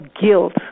guilt